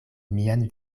mian